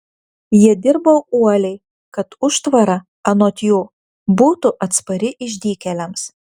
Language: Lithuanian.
jie dirbo uoliai kad užtvara anot jų būtų atspari išdykėliams